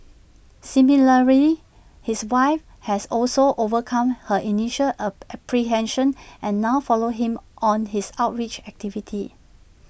similarly his wife has also overcome her initial ab apprehension and now follows him on his outreach activities